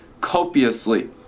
copiously